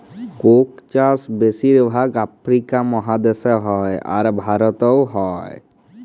Coke চাষ বেশির ভাগ আফ্রিকা মহাদেশে হ্যয়, আর ভারতেও হ্য়য়